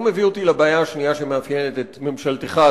והוא מביא אותי לבעיה השנייה שמאפיינת את ממשלתך,